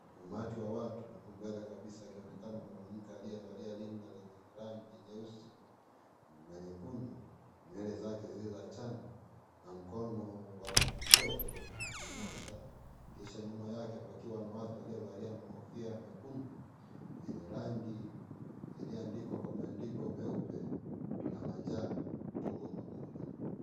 Umati wa watu huku mbele kabisa ikionekana mwanamke aliyevalia rinda lenye rangi nyeusi na nyekundu, nywele zake zilizochanwa na mkono wa kushoto wa kunyoosha kisha nyuma yake kukiwa na watu walio valia kofia mekundu yenye rangi ilio andikwa kwa maandiko meupe na manjano tuko pamoja.